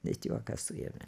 net juokas suėmė